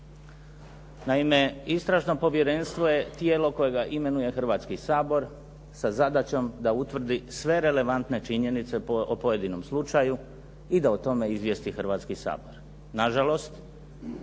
Naime, istražno povjerenstvo je tijelo kojega imenuje Hrvatski sabor sa zadaćom da utvrdi sve relevantne činjenice o pojedinom slučaju i da o tome izvijesti Hrvatski sabor. Na žalost